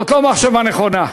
זו לא מחשבה נכונה,